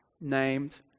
named